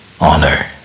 honor